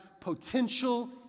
potential